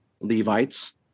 Levites